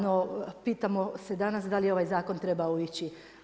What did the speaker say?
No pitamo se danas da li je ovaj zakon trebao ići?